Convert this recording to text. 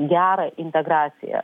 gerą integraciją